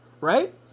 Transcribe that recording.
right